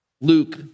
Luke